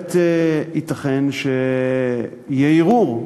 בהחלט ייתכן שיהיה ערעור,